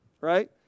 Right